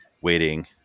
waiting